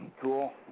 Cool